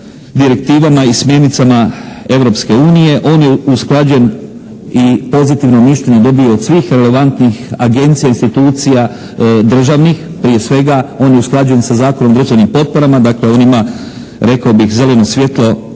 direktivama i smjernicama Europske unije, on je usklađen i pozitivno mišljenje dobio od svih relevantnih agencija, institucija državnih, prije svega ona je usklađen sa Zakonom o državnim potporama, dakle on ima rekao bih zeleno svjetlo